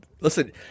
Listen